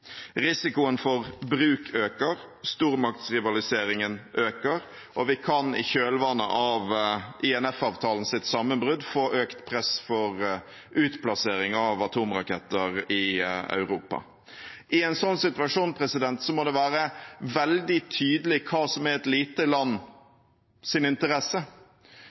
Risikoen for bruk øker, stormaktsrivaliseringen øker, og vi kan i kjølvannet av INF-avtalens sammenbrudd få økt press for utplassering av atomraketter i Europa. I en sånn situasjon må det være veldig tydelig hva som er i et lite lands interesse.